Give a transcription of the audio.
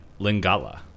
Lingala